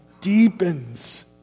deepens